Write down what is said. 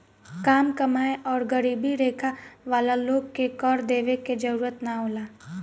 काम कमाएं आउर गरीबी रेखा वाला लोग के कर देवे के जरूरत ना होला